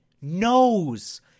knows